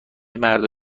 مردا